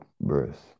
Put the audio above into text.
birth